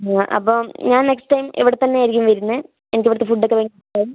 അപ്പം ഞാൻ next time ഇവിടെ തന്നെ ആയിരിക്കും വരുന്നത് എനിക്ക് ഇവിടത്തെ ഫുഡ് ഒക്കെ ഭയങ്കര ഇഷ്ടമായി